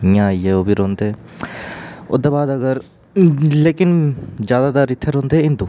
इ'यां आइया ओह् बी रौह्ंदे ओह्दे बाद अगर लेकिन जादातर इ'त्थें रौह्ंदे हिन्दू